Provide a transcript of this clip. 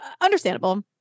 understandable